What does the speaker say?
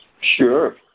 Sure